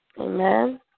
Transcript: Amen